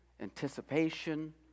anticipation